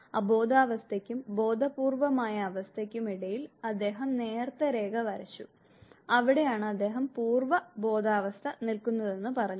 അബോധാവസ്ഥയ്ക്കും ബോധപൂർവ്വമായ അവസ്ഥയ്ക്കും ഇടയിൽ അദ്ദേഹം നേർത്ത രേഖ വരച്ചു അവിടെയാണ് അദ്ദേഹം പൂർവ്വ ബോധാവസ്ഥ നിൽക്കുന്നതെന്ന് പറഞ്ഞത്